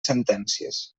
sentències